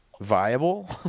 Viable